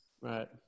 right